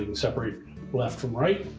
separate left from right.